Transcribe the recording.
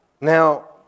Now